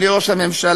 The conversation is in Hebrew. אדוני ראש הממשלה,